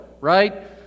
right